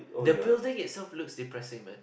the building is some fluid depressing man